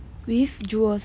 with jewels ah